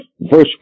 verse